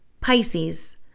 Pisces